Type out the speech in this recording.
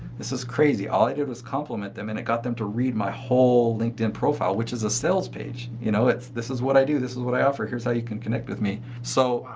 this is crazy. all i did was compliment them. and it got them to read my whole linkedin profile which is a sales page. you know? this is what i do. this is what i offer. here's how you can connect with me. so,